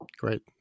great